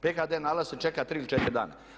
PHD nalaz se čeka 3 ili 4 dana.